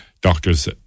doctors